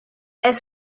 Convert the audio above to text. est